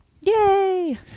Yay